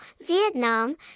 Vietnam